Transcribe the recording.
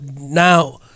now